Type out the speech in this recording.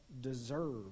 deserve